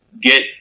get